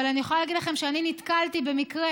אבל אני יכולה להגיד לכם שאני נתקלתי במקרה